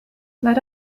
let